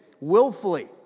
willfully